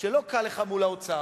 שלא קל לך מול האוצר,